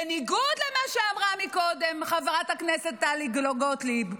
בניגוד למה שאמרה מקודם חברת הכנסת טלי גוטליב,